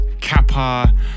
Kappa